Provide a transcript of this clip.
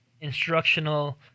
instructional